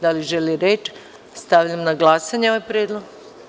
Da li želite reč? (Ne) Stavljam na glasanje ovaj predlog.